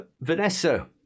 Vanessa